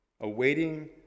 Awaiting